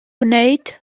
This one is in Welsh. wneud